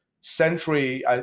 century